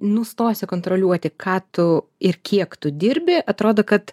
nustosi kontroliuoti ką tu ir kiek tu dirbi atrodo kad